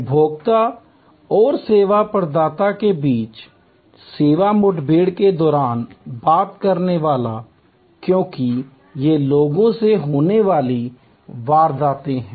उपभोक्ता और सेवा प्रदाता के बीच सेवा मुठभेड़ के दौरान बात करने वाला क्योंकि ये लोगों से होने वाली वारदातें हैं